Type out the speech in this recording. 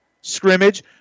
scrimmage